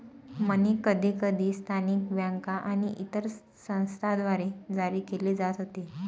मनी कधीकधी स्थानिक बँका आणि इतर संस्थांद्वारे जारी केले जात होते